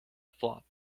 flop